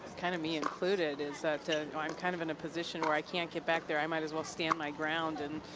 kind of me included, is that ah i'm kind of in a position where i can't get back there. i might as well stand my ground and.